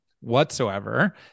whatsoever